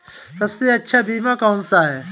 सबसे अच्छा बीमा कौनसा है?